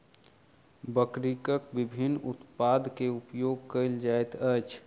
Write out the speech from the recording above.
बकरीक विभिन्न उत्पाद के उपयोग कयल जाइत अछि